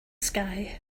sky